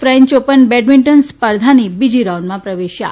French open badminton સ્પર્ધાની બીજા રાઉન્ડમાં પ્રવેશી છે